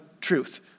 truth